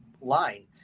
line